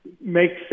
makes